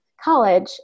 college